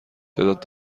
تعداد